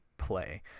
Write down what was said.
play